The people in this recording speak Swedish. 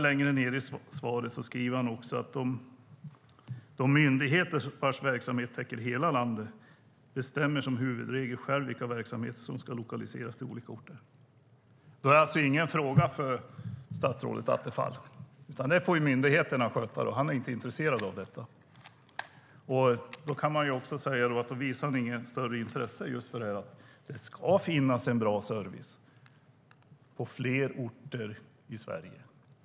Längre ned i svaret skriver han: "De myndigheter vars verksamhet täcker hela landet bestämmer som huvudregel själva vilka verksamheter som lokaliseras till olika orter." Det är alltså ingen fråga för statsrådet Attefall, utan det får myndigheterna sköta. Han är inte intresserad av detta. Då kan man också säga att han inte visar något större intresse för att det ska finnas en bra service på flera orter i Sverige.